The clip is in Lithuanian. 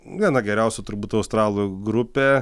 viena geriausių turbūt australų grupė